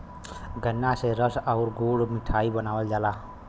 गन्रा से रस आउर गुड़ मिठाई बनावल जाला